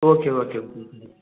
okay okay